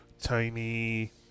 tiny